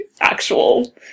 actual